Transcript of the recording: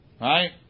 right